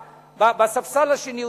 בספסל השני,